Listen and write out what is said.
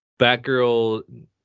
batgirl